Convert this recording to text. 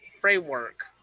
Framework